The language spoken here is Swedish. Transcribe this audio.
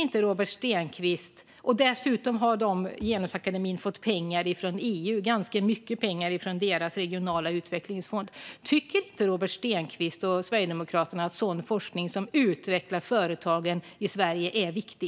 Dessutom har Genusakademin fått pengar från EU:s regionala utvecklingsfond, ganska mycket pengar. Tycker inte Robert Stenkvist och Sverigedemokraterna att sådan forskning som utvecklar företagen i Sverige är viktig?